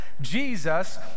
Jesus